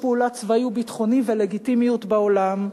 פעולה צבאי וביטחוני ולגיטימיות בעולם.